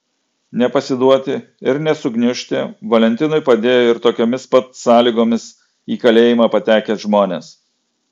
nepasiduoti ir nesugniužti valentinui padėjo ir tokiomis pat sąlygomis į kalėjimą patekę žmonės